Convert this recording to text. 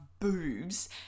boobs